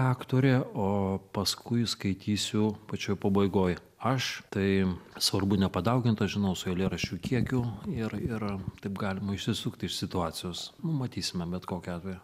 aktorė o paskui skaitysiu pačioj pabaigoj aš tai svarbu nepadaugint aš žinau su eilėraščių kiekiu ir ir taip galima išsisukt iš situacijos nu matysime bet kokiu atveju